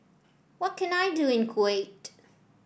what can I do in Kuwait